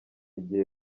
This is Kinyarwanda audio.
igihe